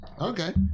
Okay